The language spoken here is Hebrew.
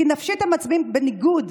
כי נפשית הם מצביעים בניגוד